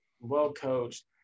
well-coached